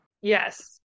Yes